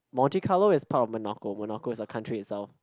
Monte-Carlo is part of Monaco Monaco is a country itself